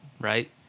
right